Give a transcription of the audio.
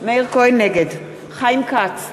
נגד חיים כץ,